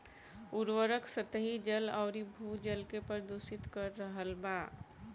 उर्वरक सतही जल अउरी भू जल के प्रदूषित कर रहल बा